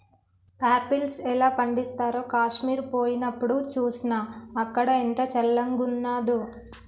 apples ఎలా పండిస్తారో కాశ్మీర్ పోయినప్డు చూస్నా, అక్కడ ఎంత చల్లంగున్నాదో